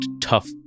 tough